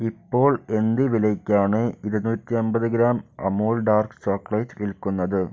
ഇപ്പോൾ എന്ത് വിലയ്ക്കാണ് ഇരുനൂറ്റി അമ്പത് ഗ്രാം അമൂൽ ഡാർക്ക് ചോക്ലേറ്റ് വിൽക്കുന്നത്